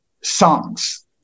songs